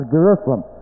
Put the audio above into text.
Jerusalem